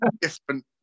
different